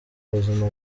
buzima